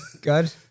good